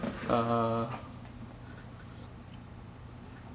(uh huh)